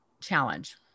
challenge